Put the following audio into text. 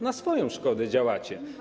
Na swoją szkodę działacie.